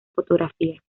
fotografía